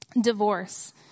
divorce